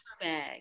bag